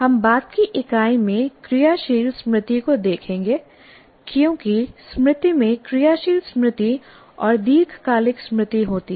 हम बाद की इकाई में क्रियाशील स्मृति को देखेंगे क्योंकि स्मृति में क्रियाशील स्मृति और दीर्घकालीन स्मृति होती है